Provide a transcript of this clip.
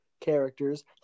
characters